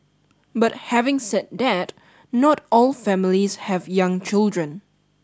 but having said that not all families have young children